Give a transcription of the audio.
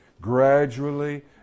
gradually